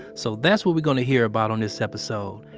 so that's what we're going to hear about on this episode.